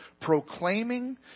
proclaiming